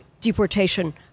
deportation